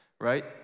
right